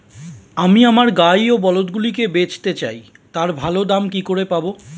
আমি আমার গাই ও বলদগুলিকে বেঁচতে চাই, তার ভালো দাম কি করে পাবো?